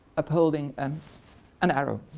upholding and an arrow.